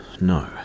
No